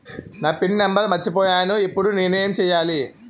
నా PIN number మర్చిపోయాను ఇప్పుడు నేను ఎంచేయాలి?